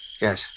Yes